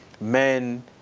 men